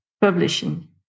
publishing